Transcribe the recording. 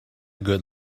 good